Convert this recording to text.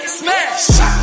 smash